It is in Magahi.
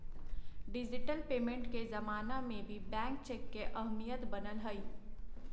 डिजिटल पेमेंट के जमाना में भी बैंक चेक के अहमियत बनल हइ